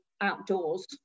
outdoors